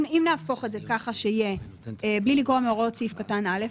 אם נהפוך את זה ככה שיהיה 'בלי לגרוע מהוראות סעיף קטן (א),